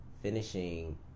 finishing